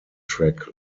track